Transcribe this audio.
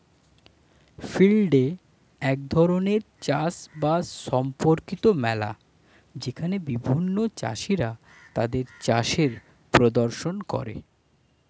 field day এক ধরণের চাষ বাস সম্পর্কিত মেলা যেখানে বিভিন্ন চাষীরা তাদের চাষের প্রদর্শন করে